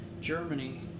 Germany